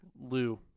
Lou